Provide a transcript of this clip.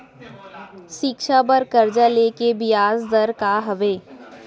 शिक्षा बर कर्जा ले के बियाज दर का हवे?